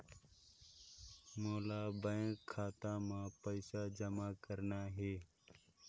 मोला बैंक खाता मां पइसा जमा करना हे?